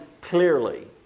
clearly